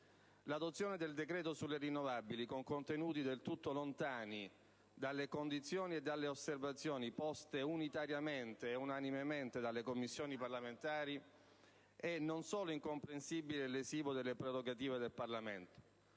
L'adozione del decreto sulle energie rinnovabili con contenuti del tutto lontani dalle condizioni e dalle osservazioni poste unitariamente ed unanimemente dalle Commissioni parlamentari è non solo incomprensibile e lesiva delle prerogative del Parlamento,